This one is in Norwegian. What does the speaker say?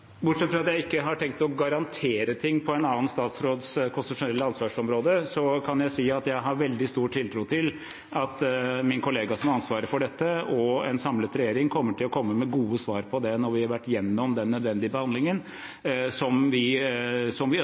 Bortsett fra at jeg ikke har tenkt å garantere noe på en annen statsråds konstitusjonelle ansvarsområde, kan jeg si at jeg har veldig stor tiltro til at min kollega som har ansvaret for dette, og en samlet regjering, kommer til å komme med gode svar på det når vi har vært igjennom den nødvendige behandlingen – som vi ønsker å ha så fort som